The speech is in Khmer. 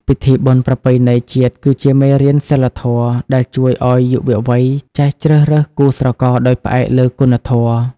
ពិធីបុណ្យប្រពៃណីជាតិគឺជា "មេរៀនសីលធម៌" ដែលជួយឱ្យយុវវ័យចេះជ្រើសរើសគូស្រករដោយផ្អែកលើគុណធម៌។